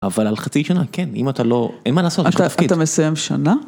אבל על חצי שנה, כן, אם אתה לא, אין מה לעשות, יש לך תפקיד. אתה מסיים שנה?